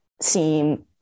seem